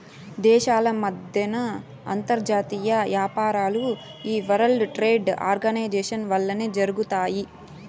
దేశాల మద్దెన అంతర్జాతీయ యాపారాలు ఈ వరల్డ్ ట్రేడ్ ఆర్గనైజేషన్ వల్లనే జరగతాయి